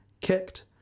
kicked